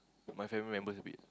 to my family members a bit